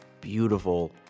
beautiful